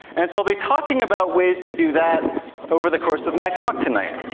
and so i'll be talking about ways to do that over the course of my talk tonight.